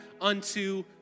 unto